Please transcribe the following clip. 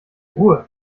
ruhe